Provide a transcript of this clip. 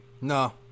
No